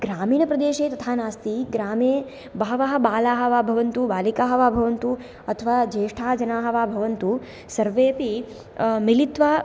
ग्रामीणप्रदेशे तथा नास्ति ग्रामे बहवः बालाः वा भवन्तु बालिकाः वा भवन्तु अथवा ज्येष्ठाः जनाः वा भवन्तु सर्वेऽपि मिलित्वा